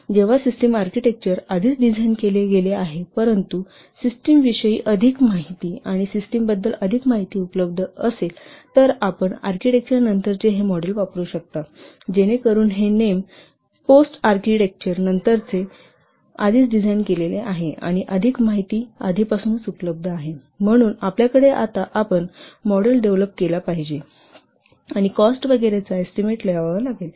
जेव्हा system architecture आधीच design केले गेले आहे परंतु सिस्टमविषयी अधिक माहिती आणि सिस्टमबद्दल अधिक माहिती उपलब्ध असेल तर आपण आर्किटेक्चर नंतरचे हे मॉडेल वापरु शकता जेणेकरून हे नेम पोस्ट आर्किटेक्चर नंतरचे आर्किटेक्चर आधीच डिझाइन केलेले आहे आणि अधिक माहिती आधीपासूनच उपलब्ध आहे म्हणूनच आता आपण मॉडेल डेव्हलप केला पाहिजे आणि कॉस्ट वगैरेचा एस्टीमेट लावावा लागेल